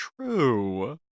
True